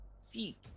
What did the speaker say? see